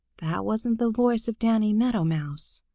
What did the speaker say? that wasn't the voice of danny meadow mouse.